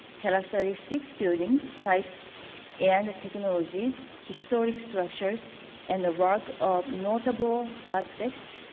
characteristics buildings types and technologies, historic structures and the work of notable architects,